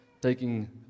taking